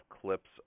clips